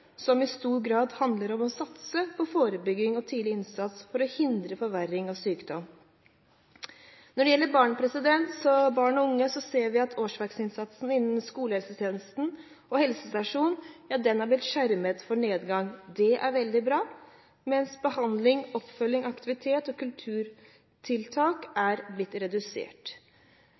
som i stor grad handler om å satse på forebygging og tidlig innsats for å hindre forverring av sykdom. Når det gjelder barn og unge, ser vi at årsverksinnsatsen innen skolehelsetjenesten og helsestasjon er blitt skjermet for nedgang – det er veldig bra – mens behandling, oppfølging, aktiviteter og kulturtiltak er blitt redusert.